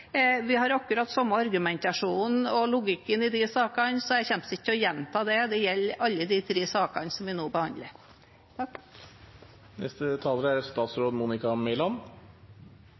samme argumentasjonen og logikken i de sakene, så jeg kommer ikke til å gjenta det. Dette gjelder alle de tre sakene vi nå behandler.